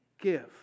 give